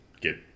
get